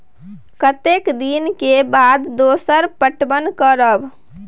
कतेक दिन के बाद दोसर पटवन करब?